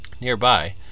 Nearby